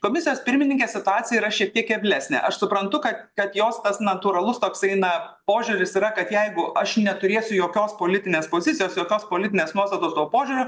komisijos pirmininkės situacija yra šiek tiek keblesnė aš suprantu kad kad jos tas natūralus toksai na požiūris yra kad jeigu aš neturėsiu jokios politinės pozicijos jokios politinės nuostatos tuo požiūriu